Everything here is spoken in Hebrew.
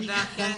תודה.